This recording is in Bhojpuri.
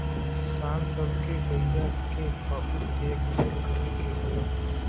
किसान सब के गइया के बहुत देख रेख करे के होला